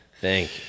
Thank